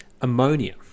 ammonia